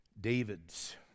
David's